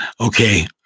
Okay